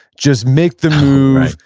just make the move,